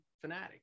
fanatic